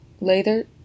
later